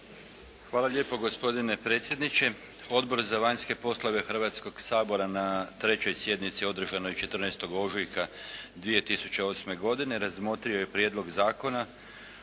Hvala lijepo gospodine predsjedniče. Odbor za vanjske poslove Hrvatskog sabora na 3. sjednici održanoj 14. ožujka 2008. godine razmotrio je Prijedlog zakona